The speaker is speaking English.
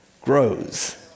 grows